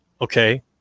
Okay